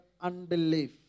unbelief